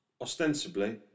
ostensibly